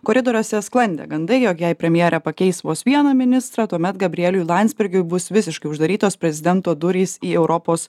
koridoriuose sklandė gandai jog jei premjerė pakeis vos vieną ministrą tuomet gabrieliui landsbergiui bus visiškai uždarytos prezidento durys į europos